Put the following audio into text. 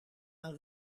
aan